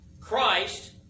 Christ